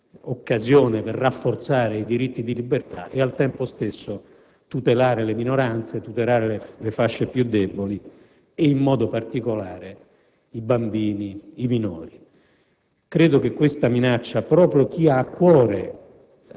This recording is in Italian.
occasione per rafforzare i diritti di libertà) e, al tempo stesso, tutelare le minoranze, le fasce più deboli, in modo particolare i bambini e i minori. Credo che questa minaccia per le fasce